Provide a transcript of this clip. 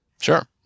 Sure